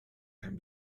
can